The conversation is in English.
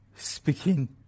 speaking